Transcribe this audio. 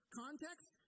context